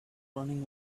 running